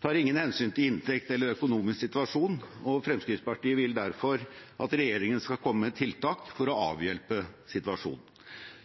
tar ingen hensyn til inntekt eller økonomisk situasjon. Fremskrittspartiet vil derfor at regjeringen skal komme med tiltak for å avhjelpe situasjonen.